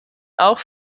auch